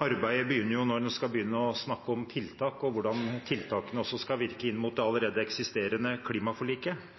Arbeidet begynner jo når en skal begynne å snakke om tiltak og hvordan tiltakene også skal virke inn mot det allerede eksisterende klimaforliket.